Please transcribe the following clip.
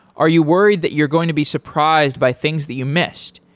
are you worried that you're going to be surprised by things that you missed,